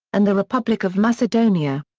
and the republic of macedonia.